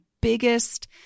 biggest